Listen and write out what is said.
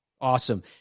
Awesome